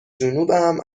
جنوبم